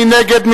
מי נגד,